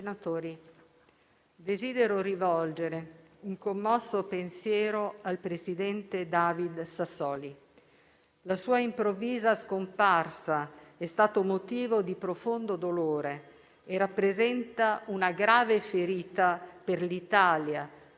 desidero rivolgere un commosso pensiero al presidente David Sassoli. La sua improvvisa scomparsa è stata motivo di profondo dolore e rappresenta una grave ferita per l'Italia,